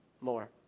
more